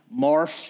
morph